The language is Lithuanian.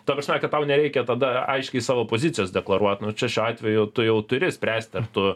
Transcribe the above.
ta prasme kad tau nereikia tada aiškiai savo pozicijos deklaruot nu čia šiuo atveju tu jau turi spręsti ar tu